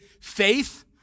faith